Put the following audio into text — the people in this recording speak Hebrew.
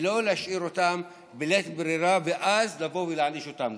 ולא להשאיר אותם בלית ברירה ואז לבוא ולהעניש אותם.